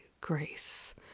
grace